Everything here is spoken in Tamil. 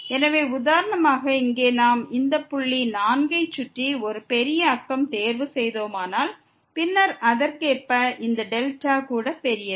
எனவே உதாரணமாக இங்கே நாம் இந்த புள்ளி 4 ஐ சுற்றி ஒரு பெரிய நெய்பர்ஹுட்டை தேர்வு செய்தோமானால் பின்னர் அதற்கேற்ப இந்த δ கூட பெரியது